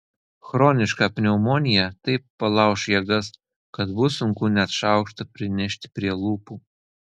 chroniška pneumonija taip palauš jėgas kad bus sunku net šaukštą prinešti prie lūpų